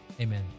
Amen